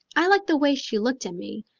i like the way she looked at me,